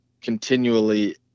continually